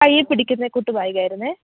കയ്യിൽ പിടിക്കുന്നത് കൂട്ട് ബാഗ് ആയിരുന്നു